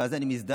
ואז אני מזדעק